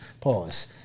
Pause